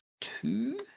two